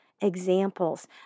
examples